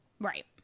Right